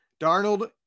Darnold